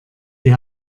die